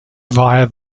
via